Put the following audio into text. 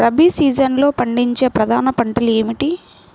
రబీ సీజన్లో పండించే ప్రధాన పంటలు ఏమిటీ?